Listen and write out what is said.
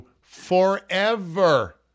forever